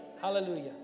Hallelujah